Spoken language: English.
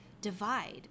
divide